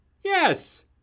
Yes